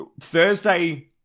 Thursday